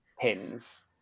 pins